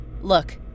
Look-